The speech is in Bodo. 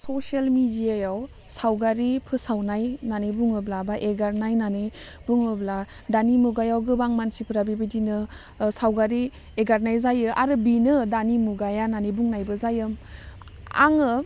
ससेल मेडियायाव सावगारि फोसावनाय होन्नानै बुङोब्ला बा हगारनाय होन्नानै बुङोब्ला दानि मुगायाव गोबां मानसिफ्रा बिबायदिनो सावगारि एगारनाय जायो आरो बिनो दानि मुगाया होन्नानै बुंनायबो जायो आङो